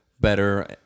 better